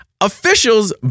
Officials